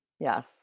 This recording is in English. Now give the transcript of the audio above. yes